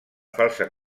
falsa